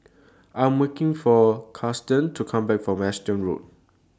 I'm waking For Karson to Come Back from Anson Road